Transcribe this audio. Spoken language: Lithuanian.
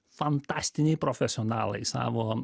fantastiniai profesionalai savo